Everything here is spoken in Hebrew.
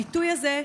הביטוי הזה,